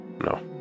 No